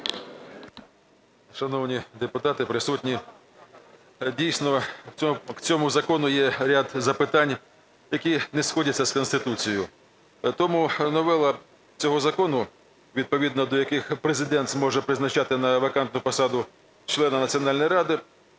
Шановні депутати, присутні, дійсно до цього закону є ряд запитань, які не сходяться з Конституцією. Тому новела цього закону, відповідного до якої Президент зможе призначати на вакантну посаду члена Національної ради,